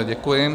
Děkuji.